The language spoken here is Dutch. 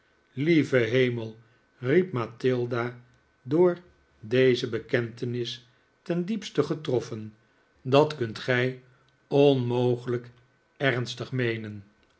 lieve hemel riep mathilda door deze beken'tenis ten diepste getroffen dat kunt i fanny en mathilda verzoenen zich gij onmogelijk ernstig meenen